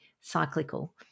cyclical